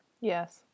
Yes